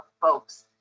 folks